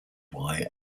why